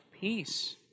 peace